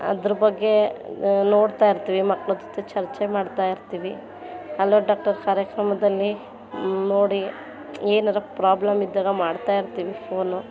ಅದ್ರ ಬಗ್ಗೆ ನೋಡ್ತಾಯಿರ್ತೀವಿ ಮಕ್ಳ ಜೊತೆ ಚರ್ಚೆ ಮಾಡ್ತಾಯಿರ್ತೀವಿ ಹಲೋ ಡಾಕ್ಟರ್ ಕಾರ್ಯಕ್ರಮದಲ್ಲಿ ನೋಡಿ ಏನಾದ್ರೂ ಪ್ರಾಬ್ಲಮ್ ಇದ್ದಾಗ ಮಾಡ್ತಾಯಿರ್ತೀವಿ ಫೋನು